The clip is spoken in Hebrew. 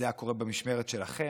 זה היה קורה במשמרת שלכם,